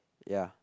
ya